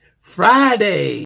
Friday